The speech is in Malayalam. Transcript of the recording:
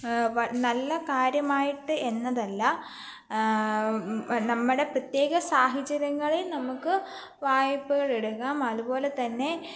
വ നല്ല കാര്യമായിട്ട് എന്നതല്ല നമ്മുടെ പ്രത്യേക സാഹചര്യങ്ങളിൽ നമുക്ക് വായ്പകൾ എടുക്കാം അതുപോലെത്തന്നെ